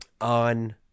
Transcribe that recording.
on